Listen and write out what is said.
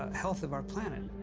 health of our planet.